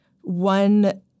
one